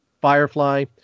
Firefly